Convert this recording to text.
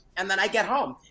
and then i get home.